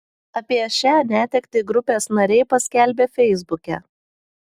apie šią netektį grupės nariai paskelbė feisbuke